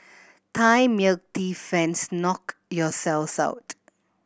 Thai milk tea fans knock yourselves out